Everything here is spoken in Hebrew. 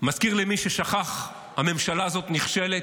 מזכיר למי ששכח: הממשלה הזאת נכשלת,